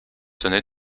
tenait